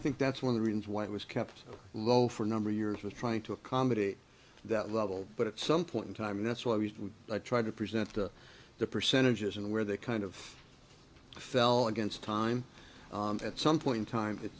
think that's one of the reasons why it was kept low for a number of years was trying to accommodate that level but at some point in time that's why we tried to present the percentages and where that kind of fell against time at some point in time